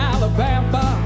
Alabama